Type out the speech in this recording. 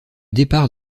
départ